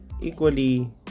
equally